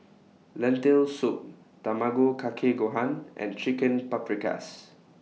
Lentil Soup Tamago Kake Gohan and Chicken Paprikas